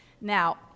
Now